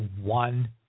one